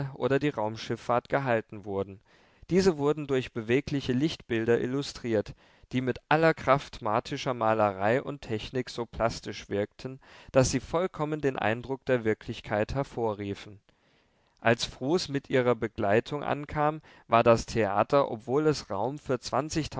oder die raumschiffahrt gehalten wurden diese wurden durch bewegliche lichtbilder illustriert die mit aller kraft martischer malerei und technik so plastisch wirkten daß sie vollkommen den eindruck der wirklichkeit hervorriefen als frus mit ihrer begleitung ankamen war das theater obwohl es raum für